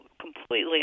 completely